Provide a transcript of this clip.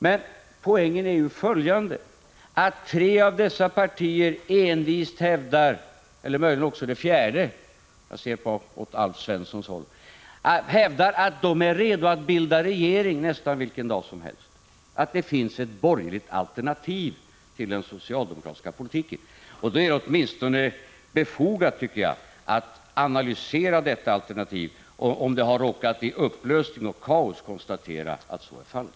Men poängen är följande: Tre av dessa partier — möjligen också det fjärde, skall jag kanske tillägga när jag ser åt Alf Svenssons håll — hävdar envist att de är redo att bilda regering nästan vilken dag som helst, att det finns ett borgerligt alternativ till den socialdemokratiska politiken. Då är det befogat att åtminstone analysera detta alternativ och om det har råkat i upplösning och kaos konstatera att så är fallet.